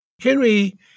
Henry